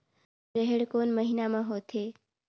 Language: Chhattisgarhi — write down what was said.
रेहेण कोन महीना म होथे?